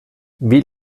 wie